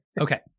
Okay